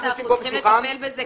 אנחנו יושבים מסביב לשולחן,